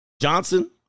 Johnson